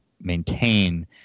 maintain